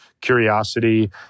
Curiosity